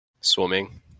Swimming